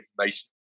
information